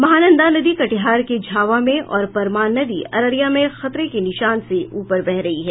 महानंदा नदी कटिहार के झावा में और परमान नदी अररिया में खतरे के निशान से ऊपर बह रही है